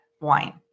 wine